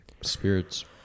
Spirits